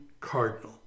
cardinal